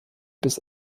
bis